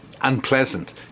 unpleasant